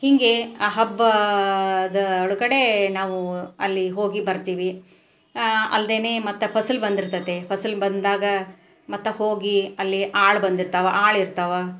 ಹೀಗೆ ಹಬ್ಬದ ಕಡೆ ನಾವು ಅಲ್ಲಿ ಹೋಗಿ ಬರ್ತೀವಿ ಅಲ್ಲದೇನೆ ಮತ್ತೆ ಫಸಲು ಬಂದಿರ್ತೈತೆ ಫಸಲು ಬಂದಾಗ ಮತ್ತೆ ಹೋಗಿ ಅಲ್ಲಿ ಆಳು ಬಂದಿರ್ತಾವೆ ಆಳು ಇರ್ತಾವೆ